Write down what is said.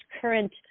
current